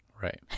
Right